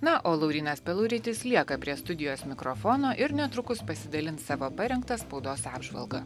na o laurynas peluritis lieka prie studijos mikrofono ir netrukus pasidalins savo parengta spaudos apžvalga